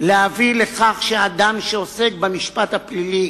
להביא לכך שאדם שעוסק במשפט הפלילי